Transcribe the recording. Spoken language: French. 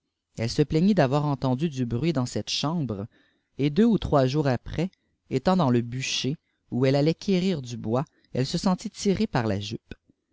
elle se plai gnit d'avoir entendu du bruit dans cette chambre et deux m tmê jours après étant dans le bueber oii elle allait quérir du boîa db se sentit tirer par la jupe